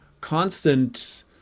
constant